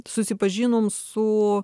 susipažinom su